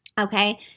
Okay